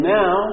now